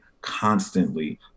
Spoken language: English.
constantly